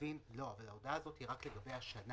ההודעה היא רק לגבי השנה